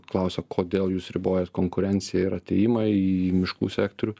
klausia kodėl jūs ribojat konkurenciją ir atėjimą į miškų sektorių